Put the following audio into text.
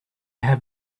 have